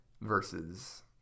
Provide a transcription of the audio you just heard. versus